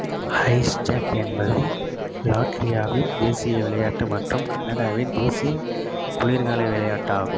ice hockey என்பது லாட்லியாவின் தேசிய விளையாட்டு மற்றும் கனடாவின் தேசிய குளிர்கால விளையாட்டு ஆகும்